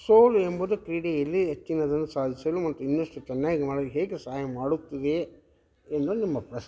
ಸೋಲು ಎಂಬುದು ಕ್ರೀಡೆಯಲ್ಲಿ ಹೆಚ್ಚಿನದನು ಸಾಧಿಸಲು ಮತ್ತು ಇನ್ನಷ್ಟು ಚೆನ್ನಾಗಿ ಮಾಡಲು ಹೇಗೆ ಸಹಾಯ ಮಾಡುತ್ತದೆ ಎಂದು ನಿಮ್ಮ ಪ್ರಶ್ನೆ